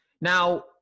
Now